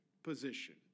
position